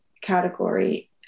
category